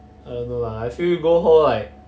err no lah I feel you go hall right